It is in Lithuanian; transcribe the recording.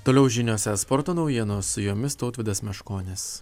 toliau žiniose sporto naujienos su jomis tautvydas meškonis